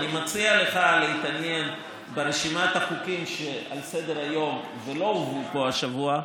אני מציע לך להתעניין ברשימת החוקים שעל סדר-היום ולא הובאו פה השבוע,